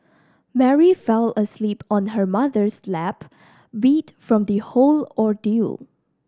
Mary fell asleep on her mother's lap beat from the whole ordeal